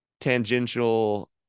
tangential